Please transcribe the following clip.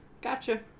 Gotcha